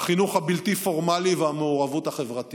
החינוך הבלתי-פורמלי והמעורבות החברתית,